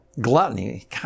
gluttony